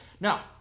Now